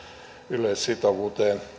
yleissitovuuteen